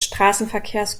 straßenverkehrs